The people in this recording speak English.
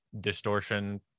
distortion